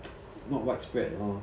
not widespread lor